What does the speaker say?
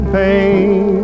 pain